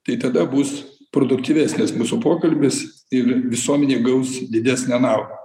tai tada bus produktyvesnis mūsų pokalbis ir visuomenė gaus didesnę naudą